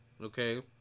Okay